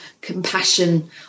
compassion